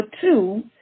two